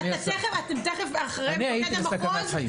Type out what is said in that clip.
הפנים): תיכף תוכלו לדבר אחרי מפקד המחוז.